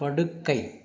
படுக்கை